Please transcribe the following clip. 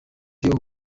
pearl